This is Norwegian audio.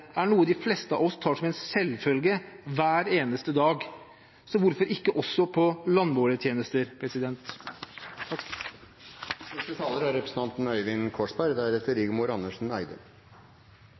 er noe de fleste av oss tar som en selvfølge hver eneste dag, så hvorfor ikke også på landmålingstjenester? I denne saken er